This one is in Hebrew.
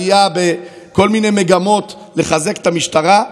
עלייה בכל מיני מגמות לחזק את המשטרה,